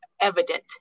evident